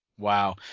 Wow